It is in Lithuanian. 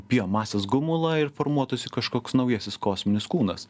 biomasės gumulą ir formuotųsi kažkoks naujasis kosminis kūnas